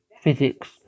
physics